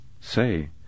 say